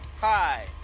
Hi